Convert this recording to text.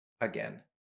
again